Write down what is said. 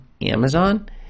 Amazon